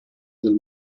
del